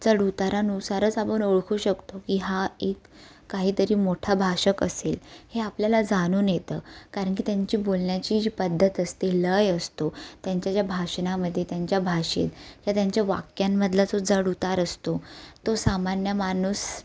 चढउतारानुसारच आपण ओळखू शकतो की हा एक काहीतरी मोठा भाषक असेल हे आपल्याला जाणून येतं कारण की त्यांची बोलण्याची जी पद्धत असते लय असतो त्यांच्या ज्या भाषणामध्ये त्यांच्या भाषेत त्या त्यांच्या वाक्यांमधला जो चढउतार असतो तो सामान्य माणूस